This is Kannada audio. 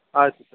ಆಯಿತು ಸರ್